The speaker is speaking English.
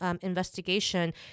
investigation